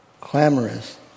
clamorous